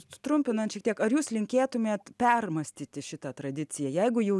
sutrumpinant šiek tiek ar jūs linkėtumėt permąstyti šitą tradiciją jeigu jau